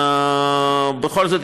בכל זאת,